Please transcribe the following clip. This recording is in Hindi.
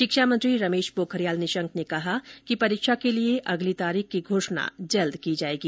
शिक्षा मंत्री रमेश पोखरियाल निशंक ने कहा है कि परीक्षा के लिए अगली तारीख की घोषणा जल्द की जाएगी